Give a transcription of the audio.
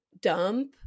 dump